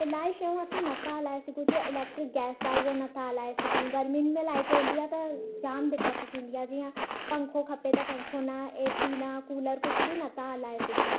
इलाही शयूं असां न था हलाए सघूं जीअं इलेक्ट्रिक गैस आहे उहो न था हलाए सघूं गरमियुनि में लाइट वेंदी आहे त जामु दिक़त थींदी आहे जीअं पंखो खपे त पंखो न ए सी न कूलर कुझु बि नथा हलाए सघूं